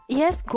yes